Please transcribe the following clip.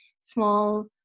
small